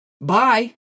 bye